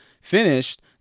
finished